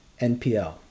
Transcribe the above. NPL